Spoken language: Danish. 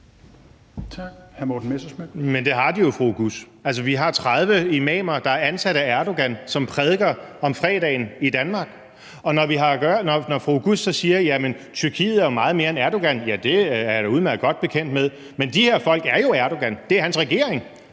Men det har de jo, fru Halime Oguz. Vi har 30 imamer, der er ansat af Erdogan, og som prædiker om fredagen i Danmark. Når fru Halime Oguz så siger, at Tyrkiet er meget mere end Erdogan, så er jeg da udmærket godt bekendt med det. Man de her folk er jo Erdogan. Det er hans regering.